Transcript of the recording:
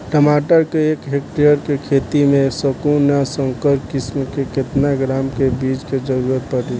टमाटर के एक हेक्टेयर के खेती में संकुल आ संकर किश्म के केतना ग्राम के बीज के जरूरत पड़ी?